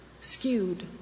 skewed